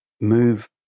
move